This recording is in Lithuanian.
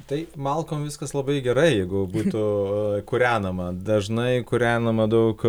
tai malkom viskas labai gerai jeigu būtų kūrenama dažnai kūrenama daug